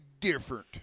different